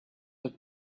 that